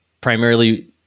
primarily